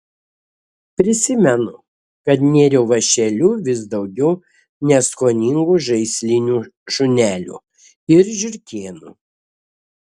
prisimenu kad nėriau vąšeliu vis daugiau neskoningų žaislinių šunelių ir žiurkėnų